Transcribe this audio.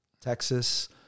Texas